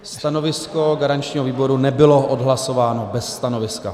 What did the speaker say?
Stanovisko garančního výboru nebylo odhlasováno, bez stanoviska.